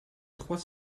trois